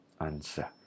answer